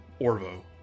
Orvo